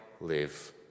live